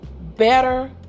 better